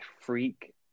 freak